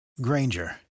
Granger